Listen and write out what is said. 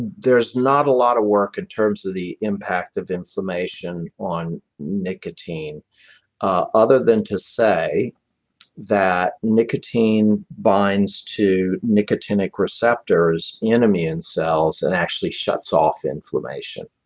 there's not a lot of work in terms of the impact of inflammation on nicotine ah other than to say that nicotine binds to nicotinic receptors in immune cells and actually shuts off inflammation.